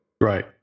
Right